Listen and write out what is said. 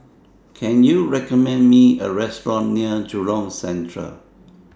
Can YOU recommend Me A Restaurant near Jurong Central